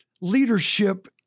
Leadership